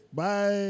bye